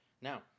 Now